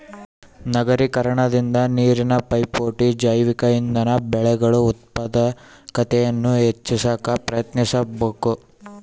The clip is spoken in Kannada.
ನಗರೀಕರಣದಿಂದ ನೀರಿನ ಪೈಪೋಟಿ ಜೈವಿಕ ಇಂಧನ ಬೆಳೆಗಳು ಉತ್ಪಾದಕತೆಯನ್ನು ಹೆಚ್ಚಿ ಸಾಕ ಪ್ರಯತ್ನಿಸಬಕು